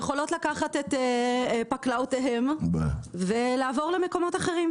החברות האלה בקלות רבה יכולות לקחת את פקלאותיהן ולעבור למקומות אחרים.